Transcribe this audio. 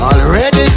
Already